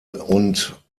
und